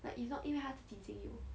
like if not 因为她自己已经有